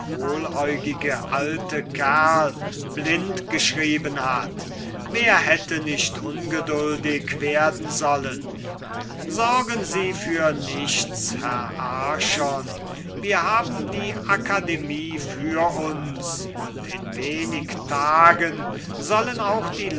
alte kerl blind geschrieben hat wer hätte nicht ungeduldig werden sollen sorgen sie für nichts herr archon wir haben die akademie für uns und in wenig tagen sollen auch die